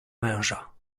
męża